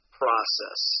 process